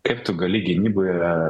kaip tu gali gynyboje